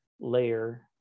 layer